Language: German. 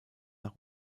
nach